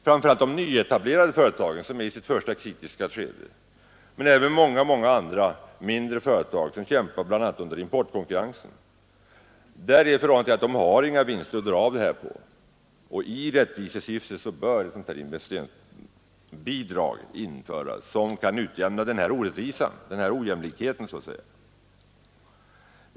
Framför allt de nyetablerade företagen som är i sitt första kritiska skede men även många andra mindre företag, som kämpar bl.a. med importkonkurrensen, har inga vinster att dra av. I rättvisesyfte bör ett investeringsbidrag införas, vilket skulle utjämna denna orättvisa eller ojämlikhet.